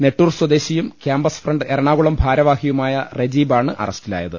നെട്ടൂർ സ്വദേശിയും campus front Ernakulam ഭാരവാഹിയുമായ റജീബാണ് അറസ്റ്റിലായത്